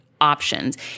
options